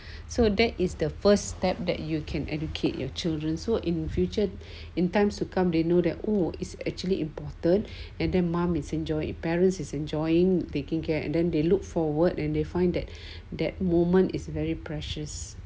so that is the first step that you can educate your children so in future in time to come they know that oh it's actually important and then mom is enjoyed parents is enjoying taking care and then they look forward and they find that that moment is very precious